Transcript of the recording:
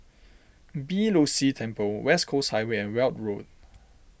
Beeh Low See Temple West Coast Highway and Weld Road